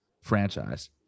franchise